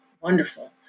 wonderful